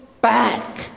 back